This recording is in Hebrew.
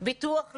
ביטוח לאומי,